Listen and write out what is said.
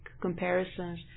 comparisons